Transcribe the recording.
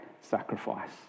sacrifice